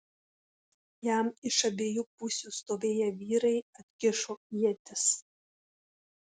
jam iš abiejų pusių stovėję vyrai atkišo ietis